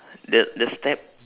the the step